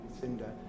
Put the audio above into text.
Cinder